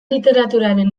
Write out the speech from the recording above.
literaturaren